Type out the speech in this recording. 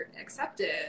accepted